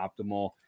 optimal